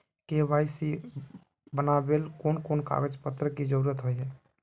KYC बनावेल कोन कोन कागज पत्र की जरूरत होय है?